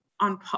On